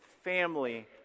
family